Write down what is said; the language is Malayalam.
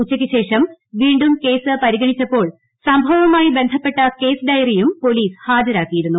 ഉച്ചയ്ക്ക് ശേഷം വീണ്ടും കേസ് പരിഗണിച്ചപ്പോൾ സംഭവവുമായി ബന്ധപ്പെട്ട കേസ് ഡയറിയും പോലീസ് ്ഹാജരാക്കിയിരുന്നു